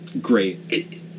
great